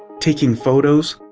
taking photos,